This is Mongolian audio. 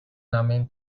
намын